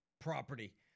property